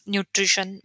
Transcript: Nutrition